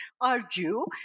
argue